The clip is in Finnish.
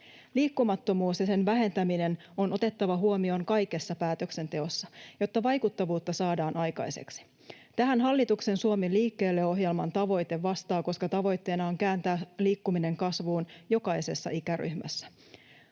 Liikkumattomuus ja sen vähentäminen on otettava huomioon kaikessa päätöksenteossa, jotta vaikuttavuutta saadaan aikaiseksi. Tähän hallituksen Suomi liikkeelle ‑ohjelman tavoite vastaa, koska tavoitteena on kääntää liikkuminen kasvuun jokaisessa ikäryhmässä.